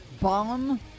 bomb